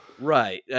Right